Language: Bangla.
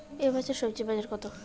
এ বছর স্বজি বাজার কত?